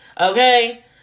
Okay